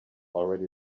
already